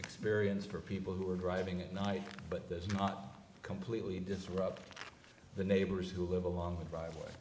experience for people who are driving at night but this is not completely disrupt the neighbors who live along the driveway